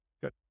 Good